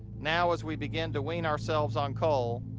now, as we begin to wean ourselves on coal,